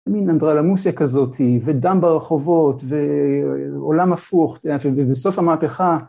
מין אנדרלמוסיה כזאת ודם ברחובות ועולם הפוך ובסוף המהפכה